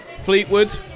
Fleetwood